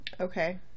Okay